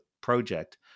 project